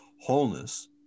wholeness